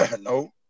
No